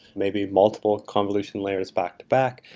maybe multiple convolution layers back to back,